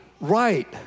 right